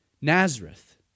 Nazareth